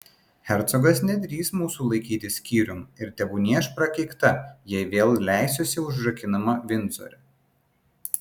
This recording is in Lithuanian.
hercogas nedrįs mūsų laikyti skyrium ir tebūnie aš prakeikta jei vėl leisiuosi užrakinama vindzore